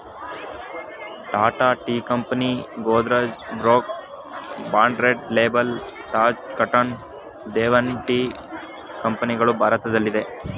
Tata tea company, Godrej, Brooke Bond Red Label, Taj Kannan Devan tea ಕಂಪನಿಗಳು ಭಾರತದಲ್ಲಿದೆ